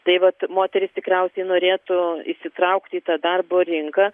tai vat moterys tikriausiai norėtų įsitraukti į tą darbo rinką